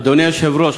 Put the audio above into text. אדוני היושב-ראש,